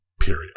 period